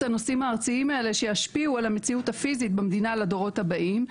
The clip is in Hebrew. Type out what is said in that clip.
הנושאים הארציים האלה שישפיעו על המציאות הפיזית במדינה לדורות הבאים.